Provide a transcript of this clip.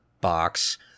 box